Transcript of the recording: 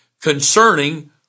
concerning